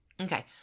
Okay